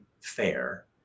fair